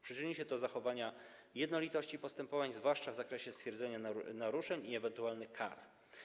Przyczyni się to do zachowania jednolitości postępowań, zwłaszcza w zakresie stwierdzenia naruszeń i ewentualnych kar.